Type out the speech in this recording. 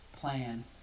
plan